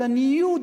על הניוד,